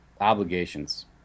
obligations